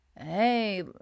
hey